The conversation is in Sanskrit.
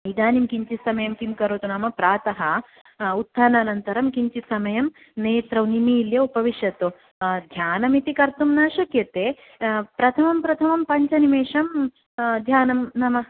इदानीम् किञ्चित् समयं किं करोतु नाम प्रातः उत्थानान्तरं किञ्चित् समयं नेत्रं निमील्य उपविशतु ध्यानमिति कर्तुं न शक्यते प्रथमं प्रथमं पञ्चनिमिषं ध्यानं नाम